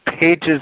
pages